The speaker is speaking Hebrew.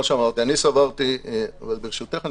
ברשותך,